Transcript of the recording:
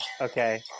okay